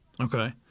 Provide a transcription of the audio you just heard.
Okay